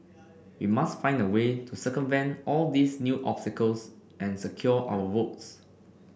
we must find a way to circumvent all these new obstacles and secure our votes